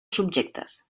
subjectes